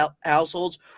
households